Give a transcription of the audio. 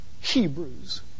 Hebrews